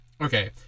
okay